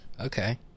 Okay